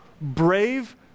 brave